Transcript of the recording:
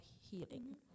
healing